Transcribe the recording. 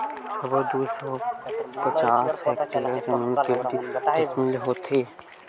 सबो दू सौ पचास हेक्टेयर जमीन के डिसमिल होथे?